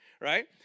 right